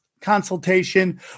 consultation